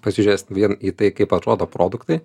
pasižiurėsit vien į tai kaip atrodo produktai